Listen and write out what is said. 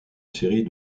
série